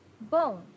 Bom